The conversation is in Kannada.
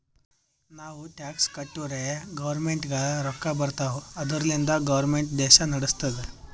ನಾವು ಟ್ಯಾಕ್ಸ್ ಕಟ್ಟುರೇ ಗೌರ್ಮೆಂಟ್ಗ ರೊಕ್ಕಾ ಬರ್ತಾವ್ ಅದುರ್ಲಿಂದೆ ಗೌರ್ಮೆಂಟ್ ದೇಶಾ ನಡುಸ್ತುದ್